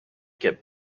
get